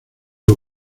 dos